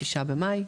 בתאריך ה-29 במאי,